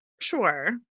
Sure